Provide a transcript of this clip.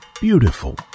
Beautiful